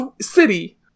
city